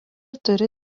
turi